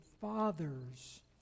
fathers